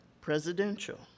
presidential